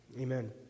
amen